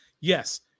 yes